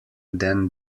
then